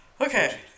Okay